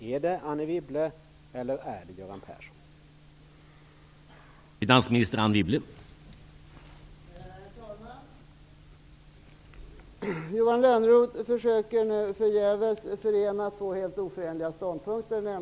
Är det Anne Wibble, eller är det Göran Persson?